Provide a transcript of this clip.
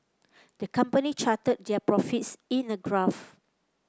the company charted their profits in a graph